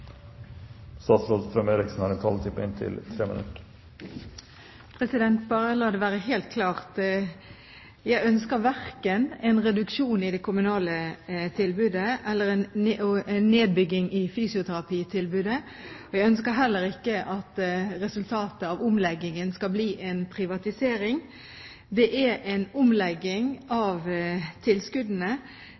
Bare la det være helt klart: Jeg ønsker verken en reduksjon i det kommunale tilbudet eller en nedbygging av fysioterapitilbudet, og jeg ønsker heller ikke at resultatet av omleggingen skal bli en privatisering. Det er en omlegging av tilskuddene.